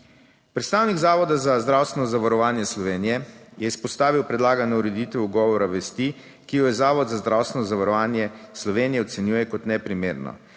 Predstavnik Zavoda za zdravstveno zavarovanje Slovenije je izpostavil predlagano ureditev ugovora vesti, ki jo je Zavod za zdravstveno zavarovanje Slovenije ocenjuje kot neprimerno.